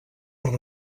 per